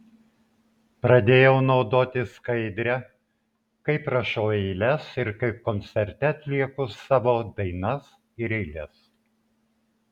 pradėjau naudoti skaidrę kaip rašau eiles ir kaip koncerte atlieku savo dainas ir eiles